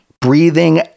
breathing